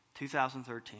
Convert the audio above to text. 2013